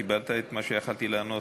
קיבלת את מה שיכולתי לענות,